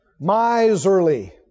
Miserly